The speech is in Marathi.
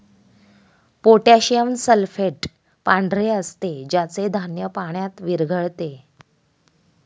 पोटॅशियम सल्फेट पांढरे असते ज्याचे धान्य पाण्यात विरघळते